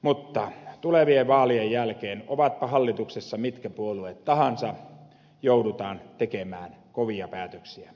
mutta tulevien vaalien jälkeen ovatpa hallituksessa mitkä puolueet tahansa joudutaan tekemään kovia päätöksiä